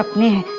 ah me